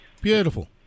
Beautiful